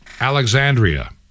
Alexandria